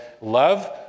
love